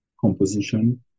composition